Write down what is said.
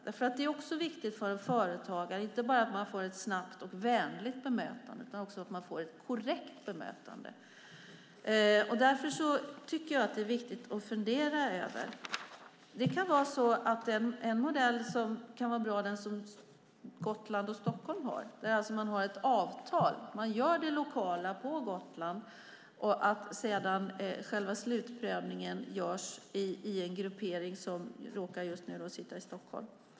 Det är också viktigt för en företagare att få inte bara ett snabbt och vänligt bemötande utan också ett korrekt bemötande. Detta är viktigt att fundera över. En modell som kan vara bra är den som Gotland och Stockholm har. Man har ett avtal. Man gör det lokala på Gotland, och sedan görs själva slutprövningen i en gruppering som just nu råkar sitta i Stockholm.